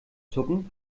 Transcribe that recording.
zucken